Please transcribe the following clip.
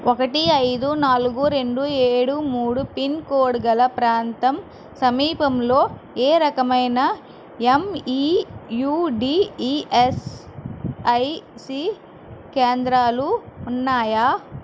ఒకటి ఐదు నాలుగు రెండు ఏడు మూడు పిన్ కోడ్ గల ప్రాంతం సమీపంలో ఏ రకమైన ఎంఈయూడిఈఎస్ఐసి కేంద్రాలు ఉన్నాయా